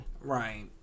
Right